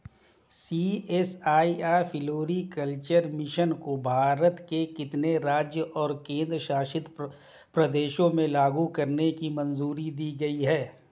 CSIR floriculture mission को भारत के कितने राज्यों और केंद्र शासित प्रदेशों में लागू करने की मंजूरी दी गई थी?